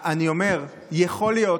אני אומר, יכול להיות,